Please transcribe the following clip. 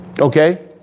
Okay